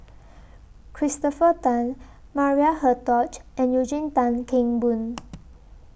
Christopher Tan Maria Hertogh and Eugene Tan Kheng Boon